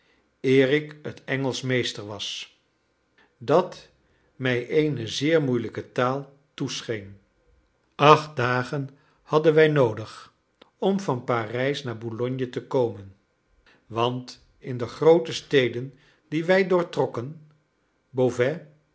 ik het engelsch meester was dat mij eene zeer moeilijke taal toescheen acht dagen hadden wij noodig om van parijs naar boulogne te komen want in de groote steden die wij